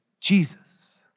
Jesus